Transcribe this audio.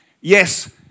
yes